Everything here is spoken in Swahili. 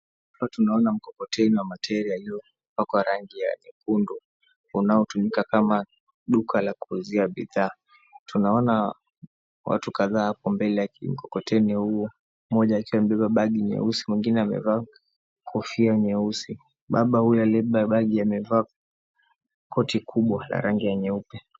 Hapa tunaona mkokoteni wa materi yaliyopakwa rangi ya nyekundu unaotumika kama duka la kuuzia bidhaa. Tunaona watu kadhaa hapo mbele ya kimkokoteni huo mmoja akiwa amebeba begi nyeusi, mwingine amevaa kofia nyeusi. Baba huyo aliyebeba begi amevaa koti kubwa la rangi ya nyeupe.